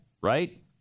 right